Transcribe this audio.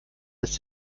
lässt